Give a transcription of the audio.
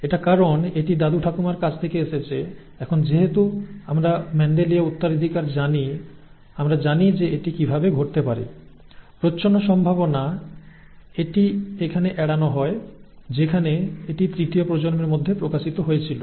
এটা কারণ এটি দাদু ঠাকুমার কাছ থেকে এসেছে এখন যেহেতু আমরা মেন্ডেলিয় উত্তরাধিকার জানি আমরা জানি যে এটি কিভাবে ঘটতে পারে প্রচ্ছন্ন সম্ভাবনা এটি এখানে এড়ানো হয় যেখানে এটি তৃতীয় প্রজন্মের মধ্যে প্রকাশিত হয়েছিল